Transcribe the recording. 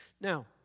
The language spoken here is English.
Now